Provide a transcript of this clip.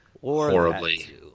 Horribly